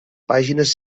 pàgines